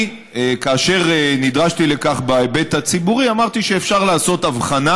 כאשר נדרשתי לכך בהיבט הציבורי אמרתי שאפשר לעשות הבחנה,